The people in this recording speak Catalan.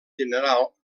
general